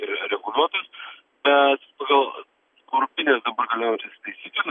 ir reguliuotas bet pagal europines dabar galiojančias taisykles